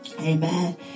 Amen